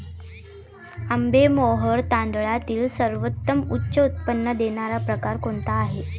आंबेमोहोर तांदळातील सर्वोत्तम उच्च उत्पन्न देणारा प्रकार कोणता आहे?